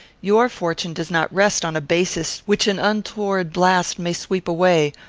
your fortune does not rest on a basis which an untoward blast may sweep away,